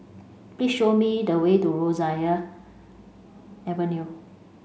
please show me the way to Rosyth Avenue